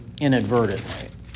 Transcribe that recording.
inadvertently